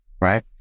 right